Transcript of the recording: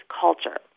culture